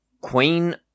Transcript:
queen